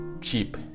cheap